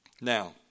Now